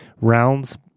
Rounds